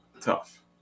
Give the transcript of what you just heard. tough